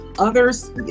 others